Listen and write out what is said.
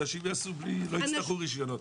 אנשים לא יצטרכו רישיונות.